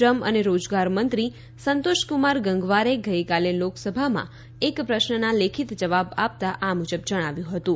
શ્રમ અને રોજગાર મંત્રી સંતોષકુમાર ગંગવારે ગઈકાલે લોકસભામાં એક પ્રશ્નનો લેખિત જવાબ આપતા આ મુજબ જણાવ્યું હતું